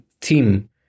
team